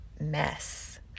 mess